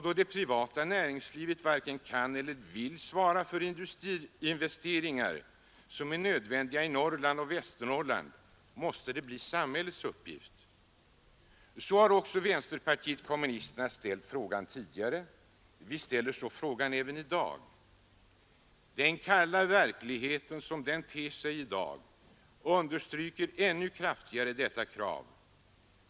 Då det privata näringslivet varken kan eller vill svara för de industriinvesteringar som är nödvändiga i Norrland måste det bli samhällets uppgift att göra det. Det kravet har också vänsterpartiet kommunisterna ställt tidigare, och vi gör det även i dag. Den kalla verkligheten som den ter sig i dag understryker ännu kraftigare detta krav.